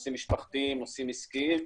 נושאים משפחתיים, נושאים עסקיים,